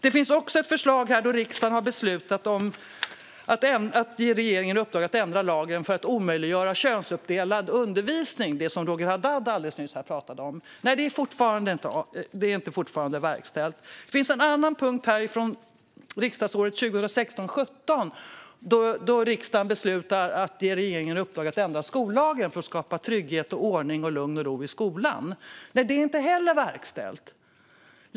Det finns också ett förslag där riksdagen har beslutat att ge regeringen i uppdrag att ändra lagen för att omöjliggöra könsuppdelad undervisning - det som Roger Haddad alldeles nyss pratade om här. Det är fortfarande inte verkställt. Det finns en annan punkt från riksdagsåret 2016/17, då riksdagen beslutade att ge regeringen i uppdrag att ändra skollagen för att skapa trygghet, ordning, lugn och ro i skolan. Det är inte heller verkställt.